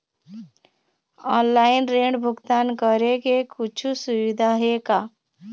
Online ऋण भुगतान करे के कुछू सुविधा हे का?